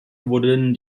wurden